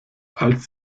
als